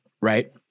right